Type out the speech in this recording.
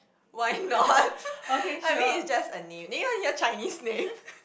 why not I mean it's just a name then you want you want Chinese name